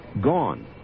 gone